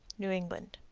new england.